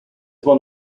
one